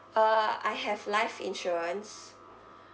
uh I have life insurance